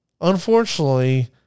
Unfortunately